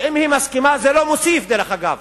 ואם היא מסכימה, זה לא מוסיף, דרך אגב,